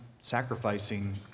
sacrificing